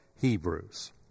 Hebrews